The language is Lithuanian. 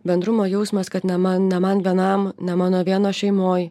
bendrumo jausmas kad ne man ne man vienam ne mano vieno šeimoj